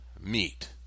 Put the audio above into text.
meet